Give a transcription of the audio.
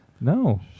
no